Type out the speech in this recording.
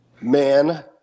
man